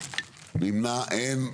הצבעה בעד 3 נגד 2 אושר.